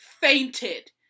fainted